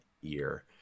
year